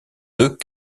deux